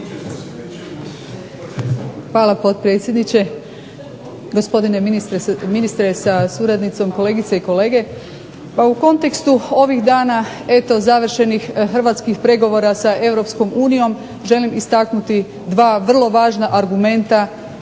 Hvala potpredsjedniče. Gospodine ministre sa suradnicom, kolegice i kolege zastupnici. Pa u kontekstu ovih dana eto završenih hrvatskih pregovora sa EU želim istaknuti dva vrlo važna argumenta